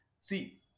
see